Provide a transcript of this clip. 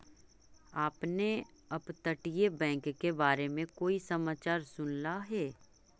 आपने अपतटीय बैंक के बारे में कोई समाचार सुनला हे